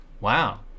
Wow